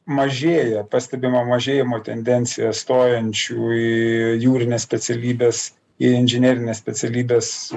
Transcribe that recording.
mažėja pastebima mažėjimo tendencija stojančių į jūrines specialybes į inžinerines specialybes